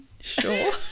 sure